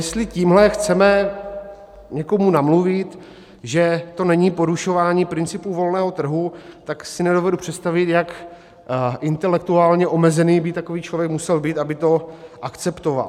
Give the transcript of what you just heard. Jestli tímhle chceme někomu namluvit, že to není porušování principů volného trhu, tak si nedovedu představit, jak intelektuálně omezený by takový člověk musel být, aby to akceptoval.